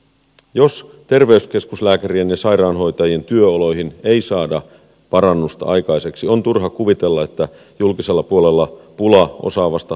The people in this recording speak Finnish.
jos terveyskeskuslääkärien ja sairaanhoitajien työoloihin ei saada parannusta aikaiseksi on turha kuvitella että julkisella puolella pula osaavasta hoitohenkilökunnasta helpottuisi